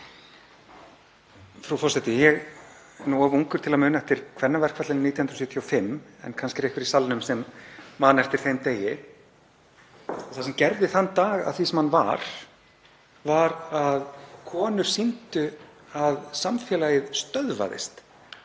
Frú forseti. Ég er nú of ungur til að muna eftir kvennaverkfallinu 1975 en kannski er einhver í salnum sem man eftir þeim degi. Það sem gerði þann dag að því sem hann var var að konur sýndu að samfélagið stöðvaðist